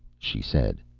she said,